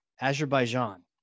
Azerbaijan